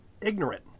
ignorant